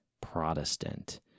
Protestant